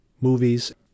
movies